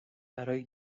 برای